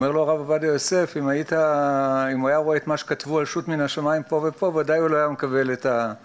אומר לו רב עובדיה יוסף: אם היית... אם הוא היה רואה את מה שכתבו על "שו"ת מן השמיים" פה ופה, ודאי הוא לא היה מקבל את ה...